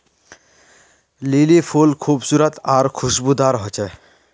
lily फुल खूबसूरत आर खुशबूदार होचे